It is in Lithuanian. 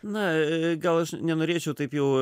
na gal aš nenorėčiau taip jau